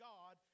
God